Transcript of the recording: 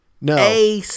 No